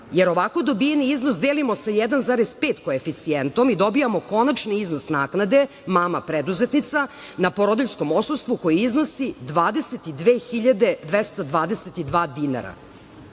jer ovako dobijeni iznos delimo sa 1,5 koeficijentom i dobijamo konačni iznos naknade mama preduzetnica na porodiljskom odsustvu koje iznosi 22.222 dinara.Za